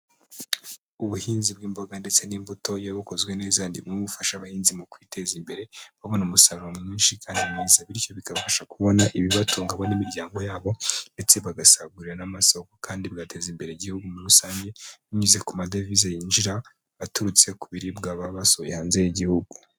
Ubuhinzi bw'imboga ndetse n'imbuto ya bukozwe neza ndi no gufasha abahinzi mu kwiteza imbere babona umusaruro mwinshi kandi mwiza bityo bikabasha kubona ibibatunga n'imiryango yabo , ndetse bagasagurira n'amasoko kandi bigateza imbere igihugu muri rusange binyuze ku madevize yinjira aturutse ku biribwa baba basuye hanze y'igihugu.